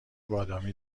بادامی